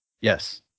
Yes